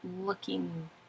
looking